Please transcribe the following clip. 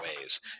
ways